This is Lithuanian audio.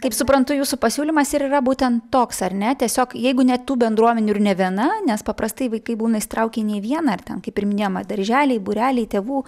kaip suprantu jūsų pasiūlymas ir yra būtent toks ar ne tiesiog jeigu ne tų bendruomenių ir ne viena nes paprastai vaikai būna įsitraukę ne į vieną ar ten kaip ir minėjom darželiai būreliai tėvų